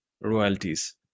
royalties